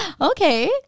Okay